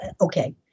okay